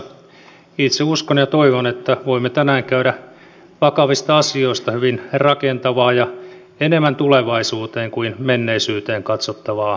itse uskon ja toivon että voimme tänään käydä vakavista asioista hyvin rakentavaa ja enemmän tulevaisuuteen kuin menneisyyteen katsovaa keskustelua